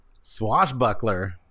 swashbuckler